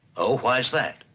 oh? why is that?